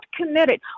committed